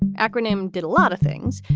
acronym did a lot of things,